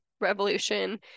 revolution